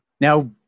Now-